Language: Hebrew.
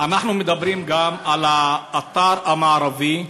אנחנו מדברים גם על האתר המערבי,